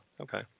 Okay